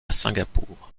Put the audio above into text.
singapour